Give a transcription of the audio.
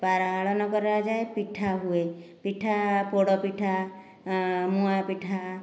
ପାଳନ କରାଯାଏ ପିଠା ହୁଏ ପିଠା ପୋଡ଼ ପିଠା ମୁଆଁ ପିଠା